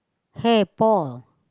hey Paul